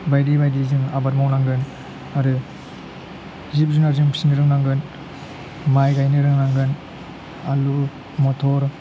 बायदि बायदि जों आबाद मावनांगोन आरो जिब जुनार जों फिनो रोंनांगोन माइ गायनो रोंनांगोन आलु मटर